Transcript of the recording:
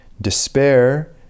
Despair